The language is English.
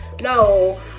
No